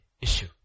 issue